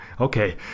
okay